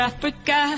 Africa